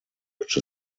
which